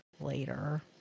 later